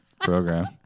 program